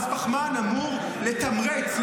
מס פחמן אמור לתמרץ,